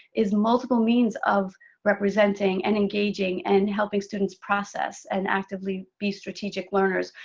is multiple means of representing and engaging, and helping students process, and actively be strategic learners,